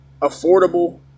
affordable